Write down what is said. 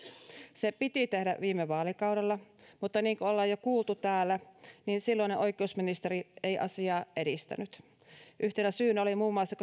se piti tehdä viime vaalikaudella mutta niin kuin ollaan jo kuultu täällä silloinen oikeusministeri ei asiaa edistänyt yhtenä syynä oli muun muassa